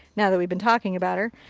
now that we've been talking about her.